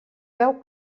veu